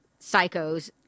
psychos